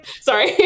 Sorry